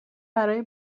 برای